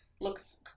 looks